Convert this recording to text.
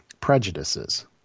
prejudices